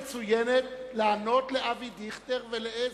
אבל הזדמנות מצוינת לענות לאבי דיכטר ולעזרא.